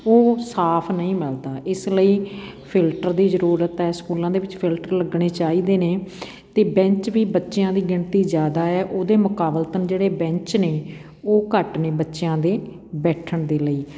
ਉਹ ਸਾਫ ਨਹੀਂ ਮਿਲਦਾ ਇਸ ਲਈ ਫਿਲਟਰ ਦੀ ਜ਼ਰੂਰਤ ਹੈ ਸਕੂਲਾਂ ਦੇ ਵਿੱਚ ਫਿਲਟਰ ਲੱਗਣੇ ਚਾਹੀਦੇ ਨੇ ਅਤੇ ਬੈਂਚ ਵੀ ਬੱਚਿਆਂ ਦੀ ਗਿਣਤੀ ਜ਼ਿਆਦਾ ਹੈ ਉਹਦੇ ਮੁਕਾਬਲਤਨ ਜਿਹੜੇ ਬੈਂਚ ਨੇ ਉਹ ਘੱਟ ਨੇ ਬੱਚਿਆਂ ਦੇ ਬੈਠਣ ਦੇ ਲਈ